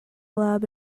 lab